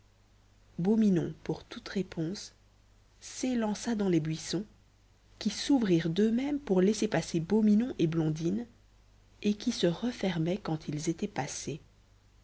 beau minon pour toute réponse s'élança dans les buissons qui s'ouvrirent d'eux-mêmes pour laisser passer beau minon et blondine et qui se refermaient quand ils étaient passés